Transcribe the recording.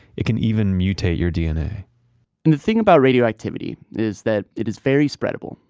it can even mutate your dna and the thing about radioactivity is that it is very spreadable.